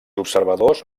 observadors